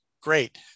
Great